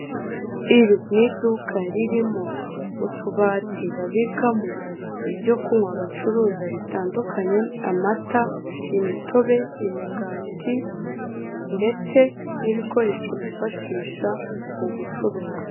Iri ni iduka ririmo utubati babikamo ibyo kunywa bacuruza bitandukanye amata, imitobe, imigati ndetse n'ibikoresho bifashisha mu gucuruza.